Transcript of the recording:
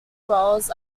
roles